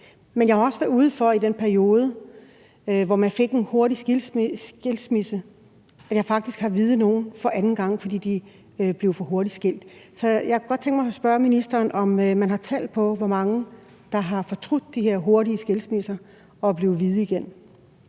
Men jeg har også været ude for i den periode, hvor man kunne få en hurtig skilsmisse, at jeg faktisk har viet nogle for anden gang, fordi de blev skilt for hurtigt. Så jeg kunne godt tænke mig at spørge ministeren, om man har tal på, hvor mange der har fortrudt de her hurtige skilsmisser og er blevet viet igen.